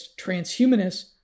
transhumanists